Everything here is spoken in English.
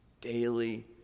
Daily